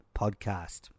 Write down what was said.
podcast